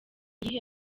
iyihe